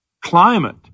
climate